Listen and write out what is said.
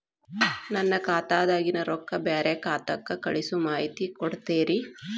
ನನ್ನ ಖಾತಾದಾಗಿನ ರೊಕ್ಕ ಬ್ಯಾರೆ ಖಾತಾಕ್ಕ ಕಳಿಸು ಮಾಹಿತಿ ಕೊಡತೇರಿ?